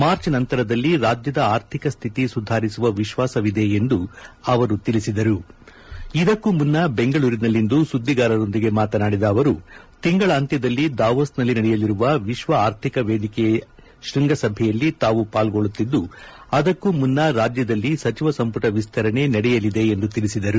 March ನಂತರದಲ್ಲಿ ರಾಜ್ಯದ ಆರ್ಥಿಕ ಸ್ತಿತಿ ಸುಧಾರಿಸುವ ವಿಶ್ವಾಸವಿದೆ ಎಂದು ತಿಳಿಸಿದರು ಇದಕ್ಕೂ ಮುನ್ನ ಬೆಂಗಳೂರಿನಲ್ಲಿಂದು ಸುದ್ದಿಗಾರರೊಂದಿಗೆ ಮಾತನಾಡಿದ ಅವರು ತಿಂಗಳಾಂತ್ಲದಲ್ಲಿ ದಾವೋಸ್ ನಲ್ಲಿ ನಡೆಯಲಿರುವ ವಿಶ್ವ ಆರ್ಥಿಕ ವೇದಿಕೆಯ ಶೃಂಗಸಭೆಯಲ್ಲಿ ತಾವು ಪಾಲ್ಗೊಳ್ಳುತ್ತಿದ್ದು ಅದಕ್ಕೂ ಮುನ್ನ ರಾಜ್ಯದಲ್ಲಿ ಸಚಿವ ಸಂಪುಟ ವಿಸ್ತರಣೆ ನಡೆಯಲಿದೆ ಎಂದು ತಿಳಿಸಿದರು